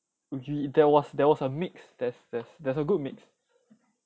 there was there was a mix there's there's there's a good mix